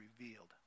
revealed